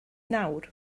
nawr